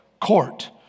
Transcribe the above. Court